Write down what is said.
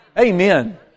Amen